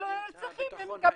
--- אין את הביטחון האישי.